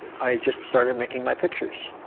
i just started making my pictures